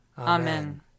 Amen